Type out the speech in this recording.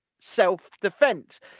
self-defense